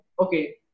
okay